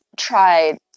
tried